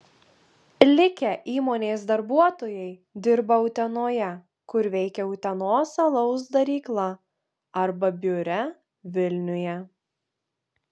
likę įmonės darbuotojai dirba utenoje kur veikia utenos alaus darykla arba biure vilniuje